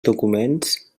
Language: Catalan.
documents